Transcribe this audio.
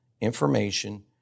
information